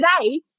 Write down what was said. today